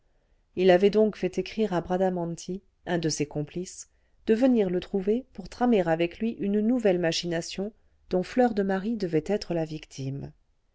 il avait donc fait écrire à bradamanti un de ses complices de venir le trouver pour tramer avec lui une nouvelle machination dont fleur de marie devait être la victime